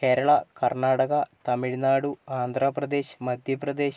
Keralam Karnataka Tamil Nadu Andhra Pradesh Madhya Pradesh